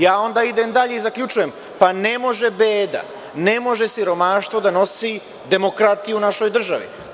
Ja onda idem dalje i zaključujem, pa ne može beda, ne može siromaštvo da nosi demokratiju u našoj državi.